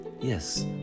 Yes